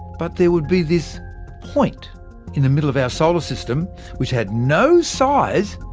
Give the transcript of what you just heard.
but there would be this point in the middle of our solar system which had no size,